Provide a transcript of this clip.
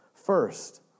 First